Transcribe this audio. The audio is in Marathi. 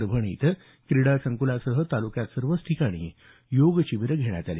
परभणी इथं क्रीडा संकुलासह तालुक्यात सर्वच ठिकाणी योग शिबीरं घेण्यात आली